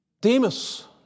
Demas